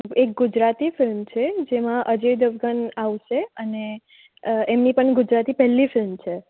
એક ગુજરાતી ફિલ્મ છે જેમાં અજય દેવગણ આવશે અને એમની પણ ગુજરાતી પહેલી ફિલ્મ છે